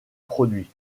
produit